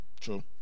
True